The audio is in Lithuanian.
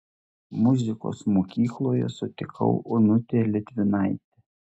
muzikos mokykloje sutikau onutę litvinaitę